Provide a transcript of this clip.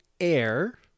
air